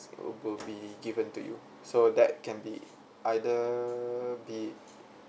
will be given to you so that can be either be